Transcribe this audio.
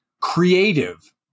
creative